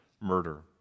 murder